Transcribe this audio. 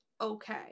okay